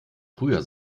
früher